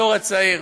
הדור הצעיר,